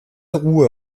ruhe